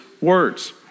words